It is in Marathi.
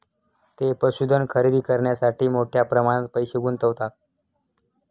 ते पशुधन खरेदी करण्यासाठी मोठ्या प्रमाणात पैसे गुंतवतात